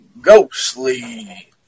Ghostly